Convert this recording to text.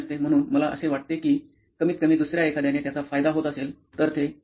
म्हणून मला असे वाटते की कमीतकमी दुसर्या एखाद्याने त्याचा फायदा होत असेल तर ते ठीक आहे